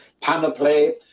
panoply